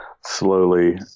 slowly